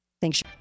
Thanks